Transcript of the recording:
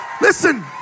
Listen